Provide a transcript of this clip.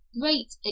great